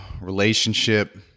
relationship